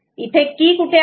इथे की कुठे आहे